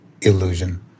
illusion